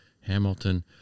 Hamilton